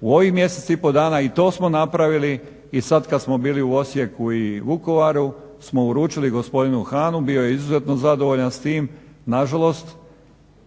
U ovih mjesec i pol dana i to smo napravili i sad kad smo bili u Osijeku i Vukovaru smo uručili gospodinu Hannu, bio je izuzetno zadovoljan s tim. Nažalost